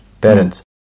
parents